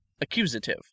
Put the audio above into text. Accusative